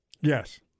Yes